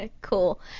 Cool